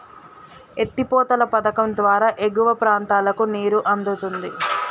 ఎత్తి పోతల పధకం ద్వారా ఎగువ ప్రాంతాలకు నీరు అందుతుంది